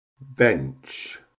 bench